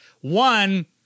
One